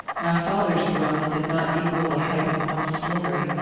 my father's dwelling did not equal the height of one story,